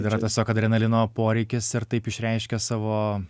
yra tiesiog adrenalino poreikis ir taip išreiškia savo